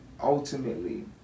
ultimately